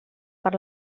per